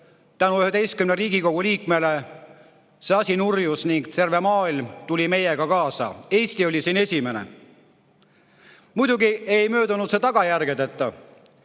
tänu 11 Riigikogu liikmele see asi nurjus ning terve maailm tuli meiega kaasa. Eesti oli esimene. Muidugi ei möödunud see tagajärgedeta,